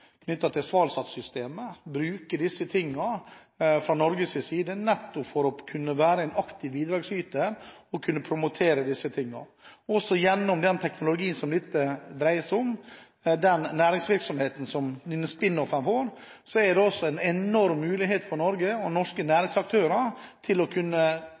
for å være en aktiv bidragsyter og promotere dette. Gjennom den teknologien som dette dreier seg om, næringsvirksomheten og spin-off er det en enorm mulighet for Norge som deltaker og norske næringsaktører til å kunne